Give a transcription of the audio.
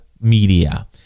media